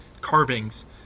carvings